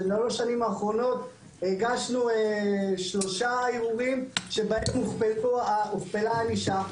בשלוש השנים האחרונות הגשנו שלושה ערעורים שבהם הוכפלה הענישה.